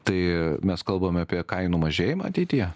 tai mes kalbame apie kainų mažėjimą ateityje